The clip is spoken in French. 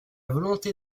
volonté